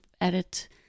edit